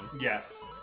Yes